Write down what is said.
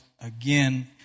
again